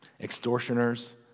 extortioners